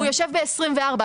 הוא יושב ב-24',